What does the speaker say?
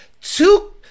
two